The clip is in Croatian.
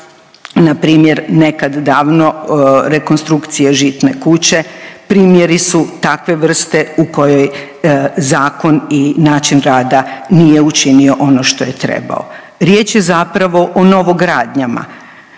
na primjer nekad davno rekonstrukcije žitne kuće primjeri su takve vrste u kojoj zakon i način rada nije učinio ono što je trebao. Riječ je zapravo o novogradnjama